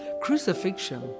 Crucifixion